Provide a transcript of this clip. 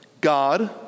God